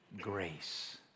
grace